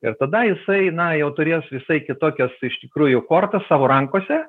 ir tada jisai na jau turės visai kitokias iš tikrųjų kortas savo rankose